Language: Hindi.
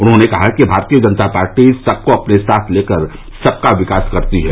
उन्होंने कहा कि भारतीय जनता पार्टी सबको अपने साथ लेकर सबका विकास करती है